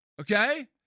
okay